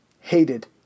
hated